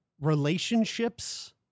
relationships